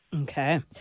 Okay